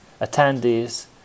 attendees